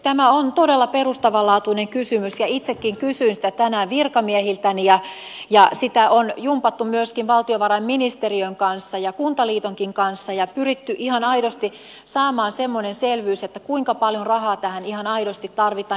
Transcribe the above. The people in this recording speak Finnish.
tämä on todella perustavanlaatuinen kysymys ja itsekin kysyin sitä tänään virkamiehiltäni ja sitä on jumpattu myöskin valtiovarainministeriön kanssa ja kuntaliitonkin kanssa ja pyritty ihan aidosti saamaan semmoinen selvyys kuinka paljon rahaa tähän ihan aidosti tarvitaan